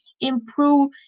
improve